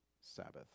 Sabbath